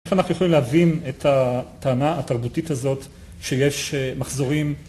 איך אנחנו יכולים להבין את הטענה התרבותית הזאת שיש מחזורים